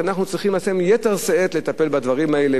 שאנחנו צריכים ביתר שאת לטפל בדברים האלה,